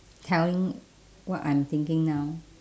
telling what I'm thinking now